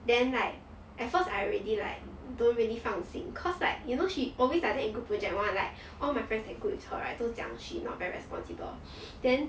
then like at first I already like don't really 放心 cause like you know she always like that in group project [one] like all my friends that group with her right 都讲 she not very responsible then